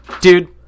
Dude